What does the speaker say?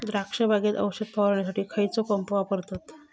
द्राक्ष बागेत औषध फवारणीसाठी खैयचो पंप वापरतत?